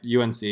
UNC